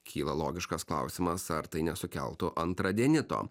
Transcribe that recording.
kyla logiškas klausimas ar tai nesukeltų antradienito